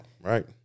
Right